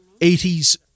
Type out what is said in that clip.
80s